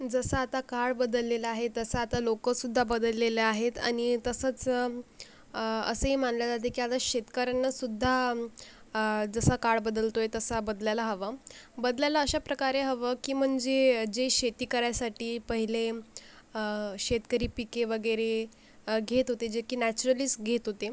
जसा आता काळ बदललेला आहे तसं आता लोकसुद्धा बदललेले आहेत आणि तसंच असेही मानल्या जाते की शेतकऱ्यांना सुद्धा जसा काळ बदलतो आहे तसा बदलायला हवं बदलायला अशाप्रकारे हवं की म्हणजे जे शेती करायसाठी पहिले शेतकरी पिके वगैरे घेत होते जे की नॅचरलीच घेत होते